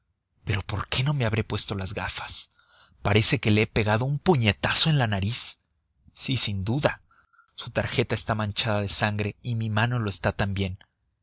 pero por qué no me habré puesto las gafas parece que le he pegado un puñetazo en la nariz sí sin duda su tarjeta está manchada de sangre y mi mano lo está